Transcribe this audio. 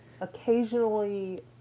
occasionally